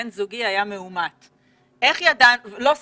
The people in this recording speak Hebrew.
בן זוגי היה מאומת, לא סימפטומטי.